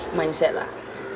mindset lah